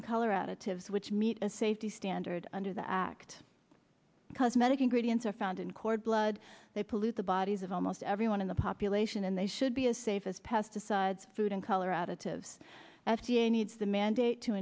and color additives which meet a safety standard under the act because american gradients are found in cord blood they pollute the bodies of almost everyone in the population and they should be as safe as pesticides food and color additives f d a needs the mandate to